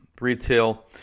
retail